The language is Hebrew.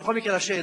אבל בכל מקרה,